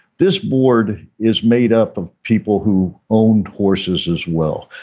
this board is made up of people who own horses as well.